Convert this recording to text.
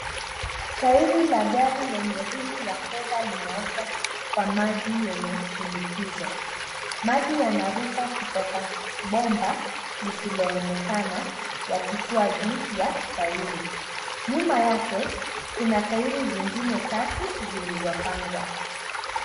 Tairi la gari lenye rimu ya fedha linaoshwa kwa maji yenye shinikizo. Maji yanaruka kutoka bomba lisiloonekana yakitua juu ya tairi. Nyuma yake kuna tairi zingine tatu zilizopangwa.